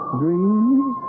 dreams